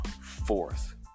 fourth